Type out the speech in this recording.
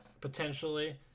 potentially